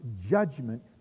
judgment